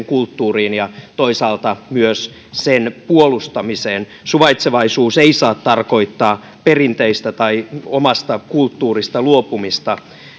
kulttuuriin ja toisaalta myös sen puolustamiseen suvaitsevaisuus ei saa tarkoittaa perinteistä tai omasta kulttuurista luopumista